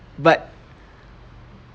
but